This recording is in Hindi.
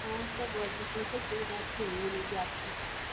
हाँ इसका बॉडी अच्छी मिलेगी आप को